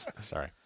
Sorry